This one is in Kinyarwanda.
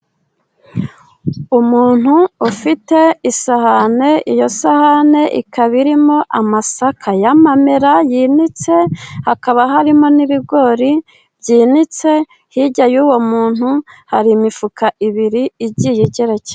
Umuntu ufite isahani. Iyo sahani ikaba irimo amasaka y'amamera yinitse hakaba harimo n'ibigori byinitse. Hirya y'uwo muntu hari imifuka ibiri igiye igerekeranye.